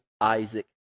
Isaac